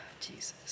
Jesus